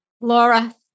Laura